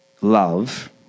love